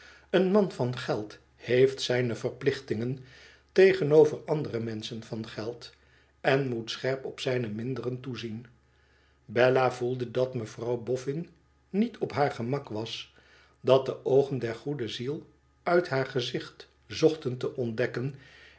een man van geld heeft zijne verplichtingen tegenover andere menschen van geld en moet scherp op zijne minderen toezien bella gevoelde dat mevrouw boffin niet op haar gemak was dat de oogen der goede ziel uit haar gezicht zochten te ontdekken